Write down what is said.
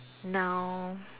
now